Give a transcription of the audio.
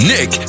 Nick